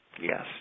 Yes